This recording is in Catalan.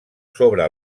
sobre